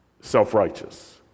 self-righteous